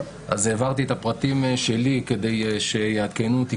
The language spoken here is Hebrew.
העברתי את הפרטים שלי כדי שיעדכנו אותי